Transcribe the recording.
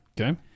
Okay